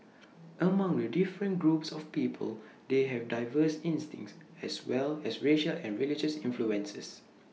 among the different groups of people they have diverse instincts as well as racial and religious influences